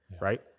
Right